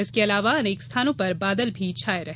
इसके अलावा अनेक स्थानों पर बादल भी छाए रहे